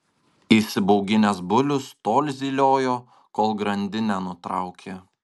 įsibauginęs bulius tol zyliojo kol grandinę nutraukė